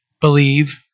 believe